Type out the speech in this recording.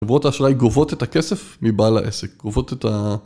גובות האשראי גובות את הכסף מבעל העסק, גובות את ה...